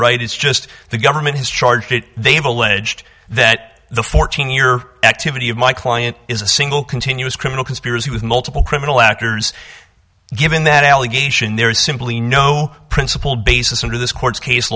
right it's just the government has charged it they have alleged that the fourteen year activity of my client is a single continuous criminal conspiracy with multiple criminal actors given that allegation there is simply no principled basis under this court's case